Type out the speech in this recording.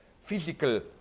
physical